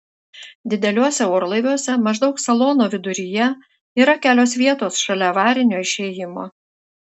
dideliuose orlaiviuose maždaug salono viduryje yra kelios vietos šalia avarinio išėjimo